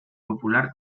popular